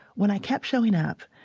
when i kept showing up,